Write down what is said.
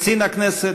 לקצין הכנסת,